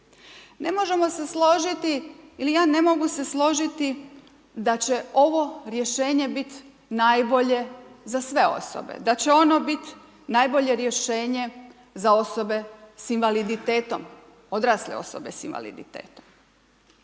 Ne možemo se složiti, ili ja ne mogu se složiti da će ovo rješenje biti najbolje za sve osobe, da će ono bit najbolje rješenje za osobe s invaliditetom, odrasle osobe s invaliditetom.